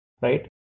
right